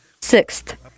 Sixth